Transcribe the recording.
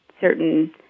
certain